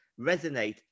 resonate